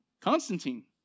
Constantine